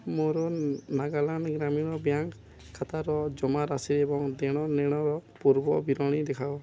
ମୋର ନାଗାଲାଣ୍ଡ୍ ଗ୍ରାମୀଣ ବ୍ୟାଙ୍କ୍ ଖାତାର ଜମାରାଶି ଏବଂ ଦେଣନେଣର ପୂର୍ବ ବିବରଣୀ ଦିଖାଅ